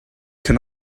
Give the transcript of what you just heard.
can